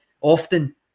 often